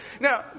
Now